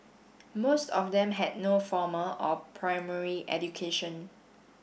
most of them had no formal or primary education